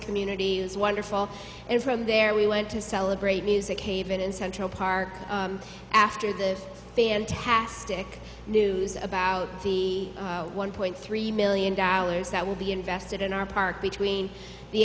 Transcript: community is wonderful and from there we went to celebrate music haven in central park after the fantastic news about the one point three million dollars that will be invested in our park